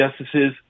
justices